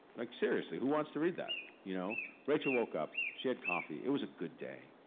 like seriously, who wants to read that? you know, rachel woke up. she had coffee. it was a good day.